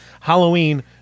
Halloween